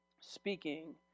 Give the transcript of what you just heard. speaking